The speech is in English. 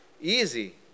easy